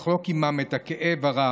לחלוק עימן את הכאב הרב,